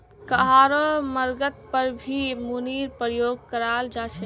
कहारो मर्गत पर भी मूरीर प्रयोग कराल जा छे